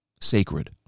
sacred